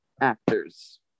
actors